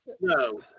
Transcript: no